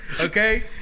okay